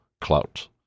clout